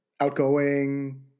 outgoing